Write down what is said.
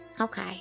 okay